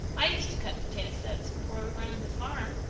i used to cut potato sets before we rented the farm,